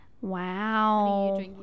Wow